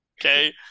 Okay